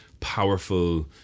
powerful